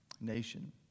nation